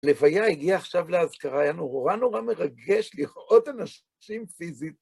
לוויה הגיע עכשיו להזכרה, היה נורא נורא מרגש לראות אנשים פיזית.